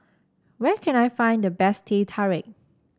where can I find the best Teh Tarik